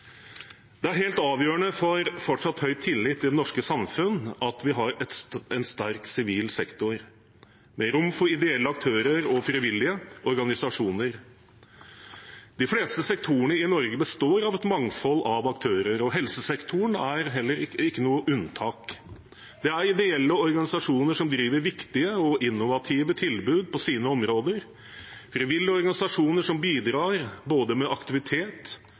Det er helt avgjørende for fortsatt høy tillit i det norske samfunn at vi har en sterk sivil sektor med rom for ideelle aktører og frivillige organisasjoner. De fleste sektorene i Norge består av et mangfold av aktører, og helsesektoren er ikke noe unntak. Det er ideelle organisasjoner som driver viktige og innovative tilbud på sine områder, frivillige organisasjoner som bidrar med både aktivitet, ressurspersoner eller bare å være en man kan snakke med